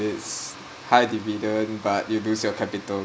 it's high dividend but you lose your capital